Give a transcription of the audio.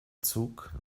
zug